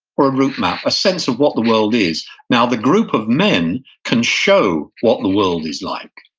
or a route map, a sense of what the world is now the group of men can show what the world is like.